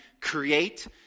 create